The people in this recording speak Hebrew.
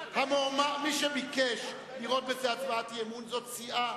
מי שביקש לראות בזה הצבעת אי-אמון זאת סיעה,